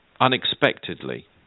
unexpectedly